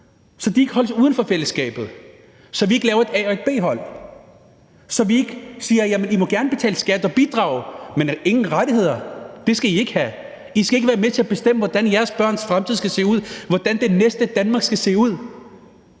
så de ikke holdes uden for fællesskabet, så vi ikke laver et A- og et B-hold, så vi ikke siger: I må gerne betale skat og bidrage, men rettigheder skal I ikke have, I skal ikke være med til at bestemme, hvordan jeres børns fremtid skal se ud, hvordan det næste Danmark skal se ud.